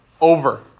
over